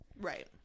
Right